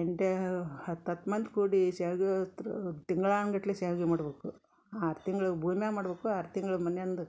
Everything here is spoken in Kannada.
ಎಂಟೇವ್ ಹತ್ತತ್ತು ಮಂದಿ ಕೂಡಿ ಸ್ಯಾವ್ಗಿ ಒತ್ರ್ ತಿಂಗ್ಳಾನ ಗಟ್ಲೆ ಸ್ಯಾವ್ಗಿ ಮಾಡಬೇಕು ಆರು ತಿಂಗ್ಳು ಭೂಮ್ಯಾಗ ಮಾಡಬೇಕು ಆರು ತಿಂಗ್ಳು ಮನ್ಯಂದ